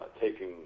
taking